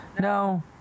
No